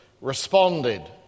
responded